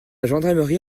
gendarmerie